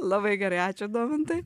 labai gerai ačiū domantai